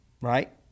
Right